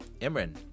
Imran